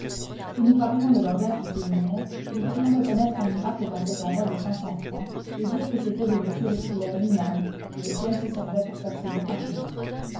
si nous parlions le langage du séminaire nous pourrions reconnaître un miracle dans cet envoi de cinq cents francs et dire que c'était de m de frilair lui-même que le ciel se servait pour faire ce don à julien